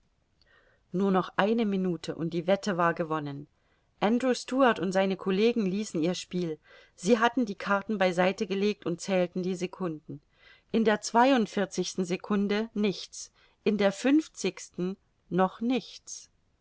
nur noch eine minute und die wette war gewonnen andrew stuart und seine collegen ließen ihr spiel sie hatten die karten bei seite gelegt und zählten die secunden in der zweiundvierzigsten secunde nichts in der fünfzigsten noch nichts